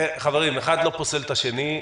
חברים, האחד לא פוסל את השני.